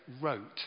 wrote